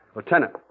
Lieutenant